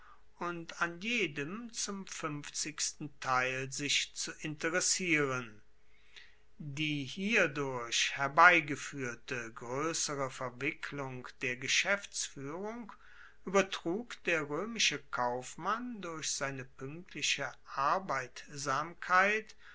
und an jedem zum fuenfzigsten teil sich zu interessieren die hierdurch herbeigefuehrte groessere verwicklung der geschaeftsfuehrung uebertrug der roemische kaufmann durch seine puenktliche arbeitsamkeit